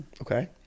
okay